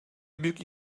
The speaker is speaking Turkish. büyük